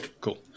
cool